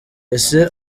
ese